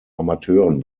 amateuren